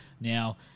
Now